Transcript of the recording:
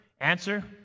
Answer